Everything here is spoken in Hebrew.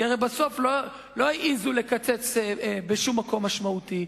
כי הרי בסוף לא העזו לקצץ בשום מקום משמעותי,